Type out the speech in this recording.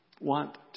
want